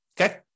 okay